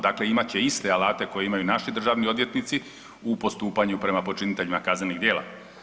Dakle, imat će iste alate koje imaju naši državni odvjetnici u postupanju prema počiniteljima kaznenih djela.